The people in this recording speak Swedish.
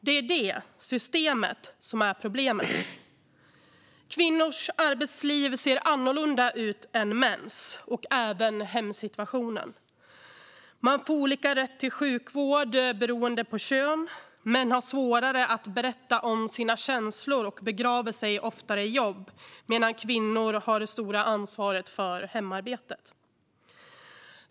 Det är det - systemet - som är problemet. Kvinnors arbetsliv - och även deras hemsituation - ser annorlunda ut än mäns. Man får olika rätt till sjukvård beroende på kön. Män har svårare att berätta om sina känslor och begraver sig oftare i jobb, medan kvinnor har det stora ansvaret för hemarbetet.